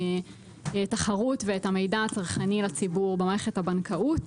התחרות ואת המידע הצרכני לציבור במערכת הבנקאות.